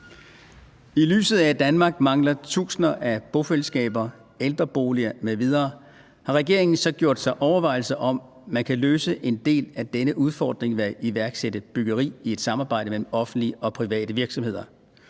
I lyset af at Danmark mangler tusinder af bofællesskaber, ældreboliger m.v., har regeringen så gjort sig overvejelser, om man kan løse en del af denne udfordring ved at iværksætte byggerier i et samarbejde mellem offentlige og private virksomheder,